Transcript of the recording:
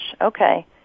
okay